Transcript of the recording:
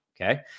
Okay